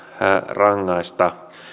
rangaista